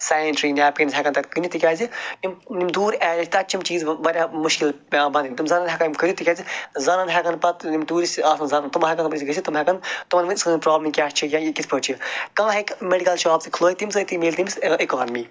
sanitary napkins ہیٚکَن تَتہِ کٕنِتھ تِکیٛازِ یِم دوٗر ایرِیا چھِ تَتہِ چھِ یِم چیٖز واریاہ مُشکِل پیٚوان بَنٕنۍ تٕم زَنانہِ ہیٚکَن یِم کٔرِتھ تِکیٛازِ زنانہٕ ہیٚکَن پتہٕ یِم ٹیٛوٗرِسٹہٕ آسَن زَنانہٕ گٔژِتھ تِم ہیٚکَن تِمَن ؤنِتھ سٲنۍ پرٛابلِم کیٛاہ چھِ یا یہِ کِتھ پٲٹھۍ چھِ کانٛہہ ہیٚکہِ میٚڈکَل شاپ تہِ کھُلٲیِتھ تَمہِ سۭتۍ تِہ میلہِ تٔمِس اِکانٕمی